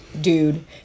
dude